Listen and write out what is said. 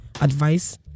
advice